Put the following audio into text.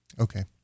Okay